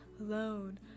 alone